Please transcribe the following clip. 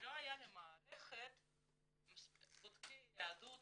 לא היה למערכת בודקי יהדות